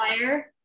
fire